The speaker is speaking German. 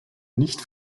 nicht